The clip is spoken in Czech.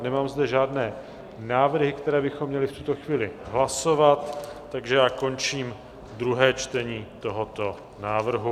Nemám zde žádné návrhy, které bychom měli v tuto chvíli hlasovat, takže končím druhé čtení tohoto návrhu.